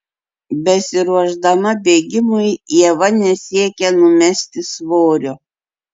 besiruošdama bėgimui ieva nesiekia numesti svorio